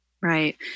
Right